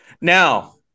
Now